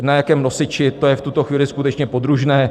Na jakém nosiči, to je v tuto chvíli skutečně podružné.